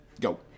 go